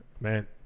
Man